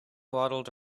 waddled